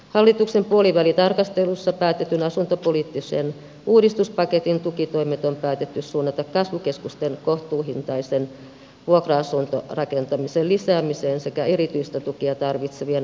hallituksen puolivälitarkastelussa päätetyn asuntopoliittisen uudistuspaketin tukitoimet on päätetty suunnata kasvukeskusten kohtuuhintaisen vuokra asuntorakentamisen lisäämiseen sekä erityistä tukea tarvitsevien asunto olojen kehittämiseen